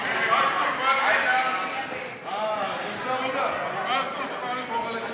חוק סדר הדין הפלילי (תיקון מס' 62, הוראת שעה)